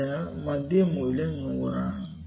അതിനാൽ മധ്യ മൂല്യം 100 ആണ്